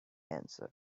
answer